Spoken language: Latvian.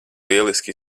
lieliski